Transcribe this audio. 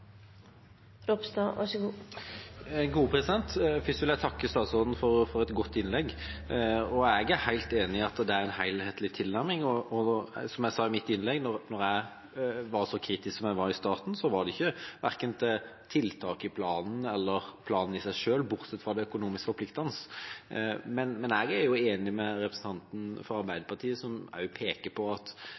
enig i at det er en helhetlig tilnærming, og – som jeg sa i mitt innlegg – når jeg var så kritisk som jeg var i starten, var det verken til tiltak i planen eller til planen i seg selv, bortsett fra det økonomisk forpliktende. Men jeg er enig med representanten fra Arbeiderpartiet, som peker på at